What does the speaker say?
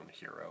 hero